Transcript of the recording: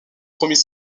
premier